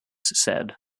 said